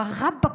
ברבאק,